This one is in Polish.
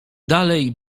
dalej